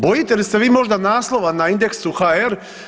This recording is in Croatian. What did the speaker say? Bojite li se vi možda naslova na Indeksu hr.